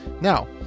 now